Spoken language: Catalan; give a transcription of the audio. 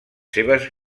seves